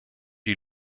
die